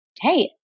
Hey